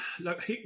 look